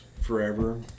forever